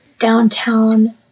downtown